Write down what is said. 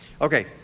Okay